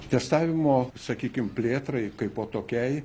testavimo sakykim plėtrai kaipo tokiai